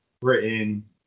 Britain